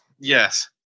Yes